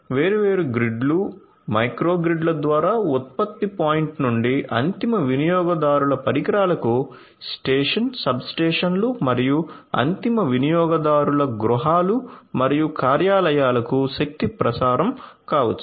వేర్వేరు గ్రిడ్లు మైక్రో గ్రిడ్ల ద్వారా ఉత్పత్తి పాయింట్ నుండి అంతిమ వినియోగదారుల పరికరాలుకు స్టేషన్ సబ్స్టేషన్లు మరియు అంతిమ వినియోగదారుల గృహాలు మరియు కార్యాలయాలకు శక్తి ప్రసారం కావచ్చు